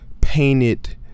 painted